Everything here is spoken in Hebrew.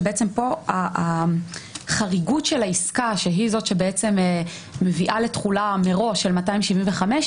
שבעצם פה החריגות של העסקה שהיא זאת שבעצם מביאה לתחולה מראש של 275,